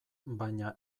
baina